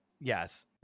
Yes